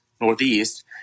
Northeast